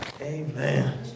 amen